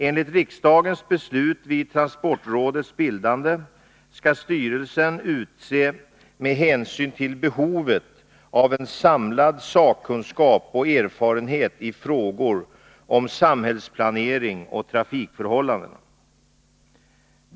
Enligt riksdagens beslut vid transportrådets bildande skall styrelsen utses med hänsyn till behovet av en samlad sakkunskap och erfarenhet i frågor om samhällsplanering och trafikförhållanden.